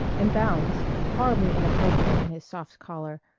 and bounds, horribly inappropriate in his soft collar,